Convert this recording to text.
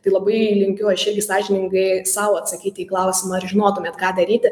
tai labai linkiu aš irgi sąžiningai sau atsakyti į klausimą ar žinotumėt ką daryti